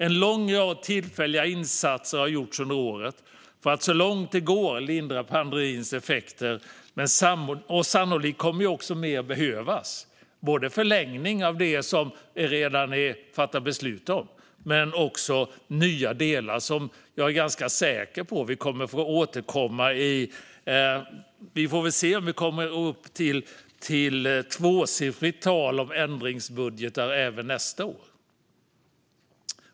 En lång rad tillfälliga insatser har gjorts under året för att så långt det går lindra pandemins effekter, men sannolikt kommer mer att behövas - förlängning av det som vi redan fattat beslut om men också nya delar som jag är ganska säker på att vi kommer att få återkomma till. Vi får se om vi kommer upp i ett tvåsiffrigt antal ändringsbudgetar även nästa år.